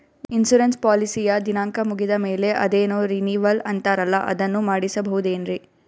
Insurance ಪಾಲಿಸಿಯ ದಿನಾಂಕ ಮುಗಿದ ಮೇಲೆ ಅದೇನೋ ರಿನೀವಲ್ ಅಂತಾರಲ್ಲ ಅದನ್ನು ಮಾಡಿಸಬಹುದೇನ್ರಿ?